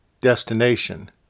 destination